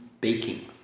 baking